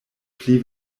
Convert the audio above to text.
pli